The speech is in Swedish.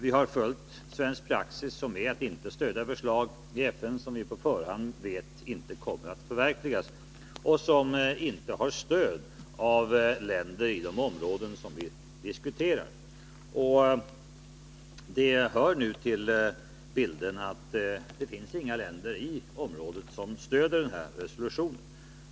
Vi har följt svensk praxis, som är att inte stödja sådana förslag i FN som vi på förhand vet inte kommer att förverkligas och som inte har stöd av länder i de områden som vi diskuterar. Det hör nu till bilden att det inte finns några länder i området som stöder den här resolutionen.